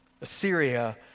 Assyria